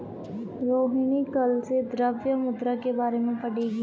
रोहिणी कल से द्रव्य मुद्रा के बारे में पढ़ेगी